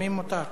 יוזמים אותה.